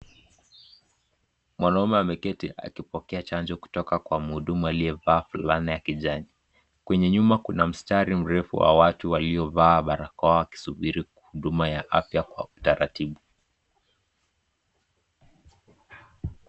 Mwanaume ameketi akipokea chanjo kutoka kwa mhudumu alivaa fulana ya kijani. Kwenye nyuma kuna mstari mrefu wa watu waliovaa barakoa akisubiri huduma ya afya kwa utaratibu.